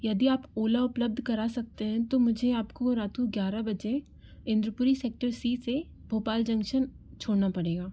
यदि आप ओला उपलब्ध करा सकते हैं तो मुझे आपको रात को ग्यारह बजे इंद्रपुरी सेक्टर सी से भोपाल जंक्शन छोड़ना पड़ेगा